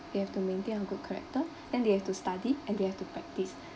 they have to maintain their good character and they have to study and they have to practice